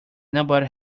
nobody